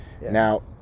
Now